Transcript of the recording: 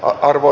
orvo